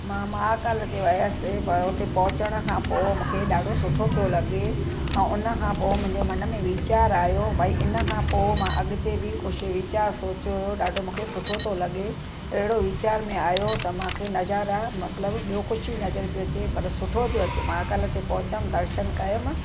मां महाकाल ते वियसि पर हुते पहुचण खां पोइ मूंखे ॾाढो सुठो पियो लॻे ऐं हुन खां पोइ मुंहिंजे मन में वीचारु आयो भाई हिन खां पोइ मां अॻिते बि भई कुछ वीचार सोचियो हुओ ॾाढो मूंखे सुठो थो लॻे अहिड़ो वीचार में आयो त मांखे नज़ारा मतलबु ॿियो कुझु ई नज़र पियो अचे पर सुठो पियो अचे महाकाल ते पहुचमि दर्शनु कयमि